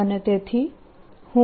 dWdtE